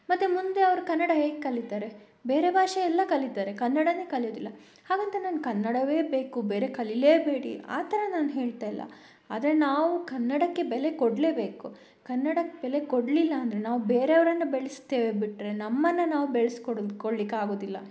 ಮತ್ತೆ ಮುಂದೆ ಅವರು ಕನ್ನಡ ಹೇಗೆ ಕಲೀತಾರೆ ಬೇರೆ ಭಾಷೆ ಎಲ್ಲ ಕಲೀತಾರೆ ಕನ್ನಡನೇ ಕಲಿಯೋದಿಲ್ಲ ಹಾಗಂತ ನಾನು ಕನ್ನಡವೇ ಬೇಕು ಬೇರೆ ಕಲಿಯಲೇಬೇಡಿ ಆ ಥರ ನಾನು ಹೇಳ್ತಾ ಇಲ್ಲ ಆದರೆ ನಾವು ಕನ್ನಡಕ್ಕೆ ಬೆಲೆ ಕೊಡಲೇಬೇಕು ಕನ್ನಡಕ್ಕೆ ಬೆಲೆ ಕೊಡಲಿಲ್ಲ ಅಂದರೆ ನಾವು ಬೇರೆಯವ್ರನ್ನ ಬೆಳೆಸ್ತೇವೆ ಬಿಟ್ಟರೆ ನಮ್ಮನ್ನು ನಾವು ಬೆಳೆಸ್ಕೊಡ್ ಕೊಳ್ಳಿಕ್ಕೆ ಆಗುವುದಿಲ್ಲ